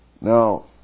Now